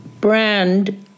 brand